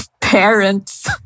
parents